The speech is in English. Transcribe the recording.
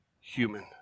human